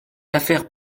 affaires